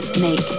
make